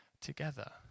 together